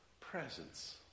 presence